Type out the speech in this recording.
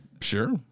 Sure